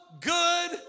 good